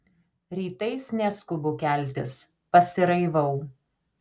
rytais neskubu keltis pasiraivau